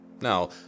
Now